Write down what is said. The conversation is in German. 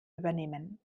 übernehmen